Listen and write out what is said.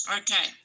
okay